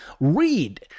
Read